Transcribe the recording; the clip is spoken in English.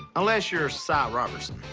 unless you're si robertson.